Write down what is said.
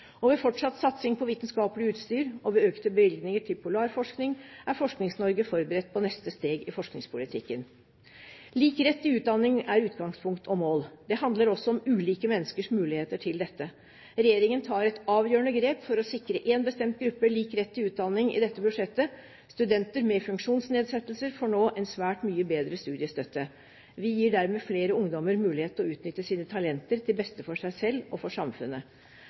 kvalitet. Ved fortsatt satsing på vitenskapelig utstyr og ved økte bevilgninger til polarforskning er Forsknings-Norge forberedt på neste steg i forskningspolitikken. Lik rett til utdanning er utgangspunkt og mål. Det handler også om ulike menneskers muligheter til dette. Regjeringen tar et avgjørende grep for å sikre én bestemt gruppe lik rett til utdanning i dette budsjettet: Studenter med funksjonsnedsettelser får nå en svært mye bedre studiestøtte. Vi gir dermed flere ungdommer mulighet til å utnytte sine talenter til beste for seg selv og for samfunnet.